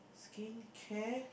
skincare